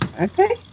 Okay